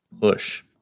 push